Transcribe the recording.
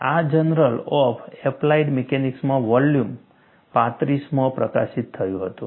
આ journal of applied મિકેનિક્સમાં volume 35 માં પ્રકાશિત થયું હતું